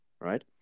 right